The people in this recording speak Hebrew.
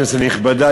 כנסת נכבדה,